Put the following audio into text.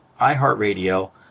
iHeartRadio